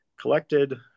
collected